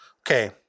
Okay